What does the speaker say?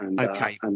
okay